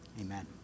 Amen